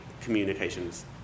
communications